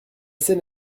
scène